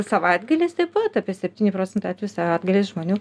savaitgaliais taip pat apie septyni procentai atvejų savaitgaliais žmonių